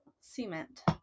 Cement